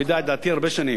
הוא יודע את דעתי הרבה שנים.